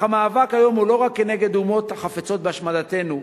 אך המאבק היום הוא לא רק נגד אומות החפצות בהשמדתנו.